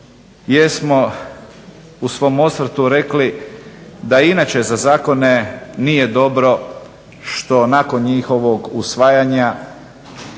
jesmo u svom osvrtu rekli da inače za zakone nije dobro što nakon njihovog usvajanja